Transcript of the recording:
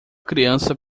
criança